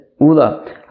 Ula